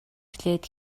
эхлээд